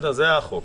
זה החוק.